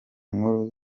nkuru